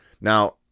Now